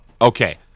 Okay